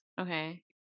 okay